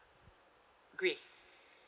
grey